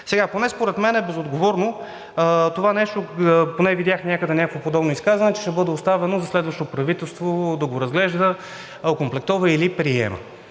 Сега, поне според мен е безотговорно това нещо, понеже видях някъде някакво подобно изказване, че ще бъде оставено за следващо правителство да го разглежда, окомплектува или приема,